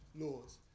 laws